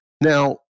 Now